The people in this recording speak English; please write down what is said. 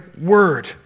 word